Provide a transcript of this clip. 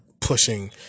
pushing